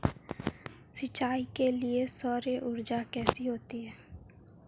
सिंचाई के लिए सौर ऊर्जा कैसी रहती है?